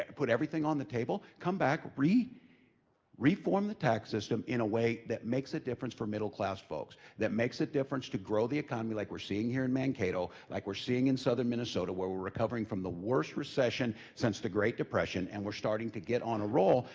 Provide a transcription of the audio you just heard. put everything on the table, come back, re reform the tax system in a way that makes a difference for middle-class folks. that makes a difference to grow the economy like we're seeing here in mankato, like we're seeing in southern minnesota where we're recovering from the worst recession since the great depression, and we're starting to get on a roll,